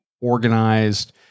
organized